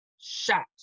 shot